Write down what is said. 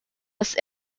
was